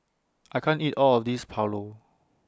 I can't eat All of This Pulao